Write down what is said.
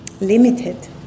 limited